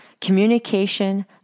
Communication